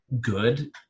good